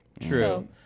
True